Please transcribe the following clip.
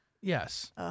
yes